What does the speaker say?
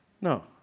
No